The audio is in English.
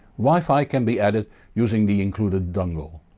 wifi can be added using the included dongle.